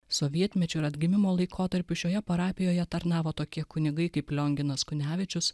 sovietmečiu ir atgimimo laikotarpiu šioje parapijoje tarnavo tokie kunigai kaip lionginas kunevičius